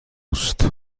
است